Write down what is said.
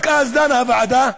רק אז דנה הוועדה,